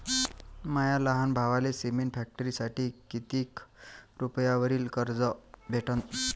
माया लहान भावाले सिमेंट फॅक्टरीसाठी कितीक रुपयावरी कर्ज भेटनं?